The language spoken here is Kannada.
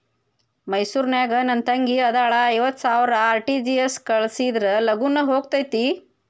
ಮೈಸೂರ್ ನಾಗ ನನ್ ತಂಗಿ ಅದಾಳ ಐವತ್ ಸಾವಿರ ಆರ್.ಟಿ.ಜಿ.ಎಸ್ ಕಳ್ಸಿದ್ರಾ ಲಗೂನ ಹೋಗತೈತ?